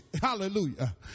Hallelujah